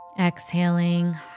exhaling